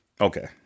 Okay